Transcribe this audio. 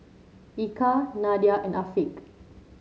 Eka Nadia and Afiq